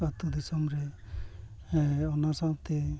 ᱟᱹᱛᱩ ᱫᱤᱥᱚᱢ ᱨᱮ ᱚᱱᱟ ᱥᱟᱶᱛᱮ